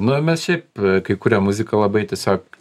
nu mes šiaip kai kuriam muziką labai tiesiog